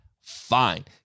fine